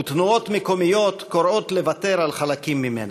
ותנועות מקומיות קוראות לוותר על חלקים ממנה.